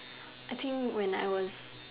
I think when I was